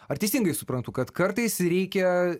ar teisingai suprantu kad kartais reikia